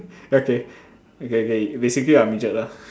okay okay K basically you are a midget lah